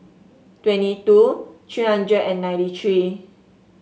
twenty two three hundred and ninety three